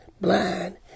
blind